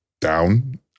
down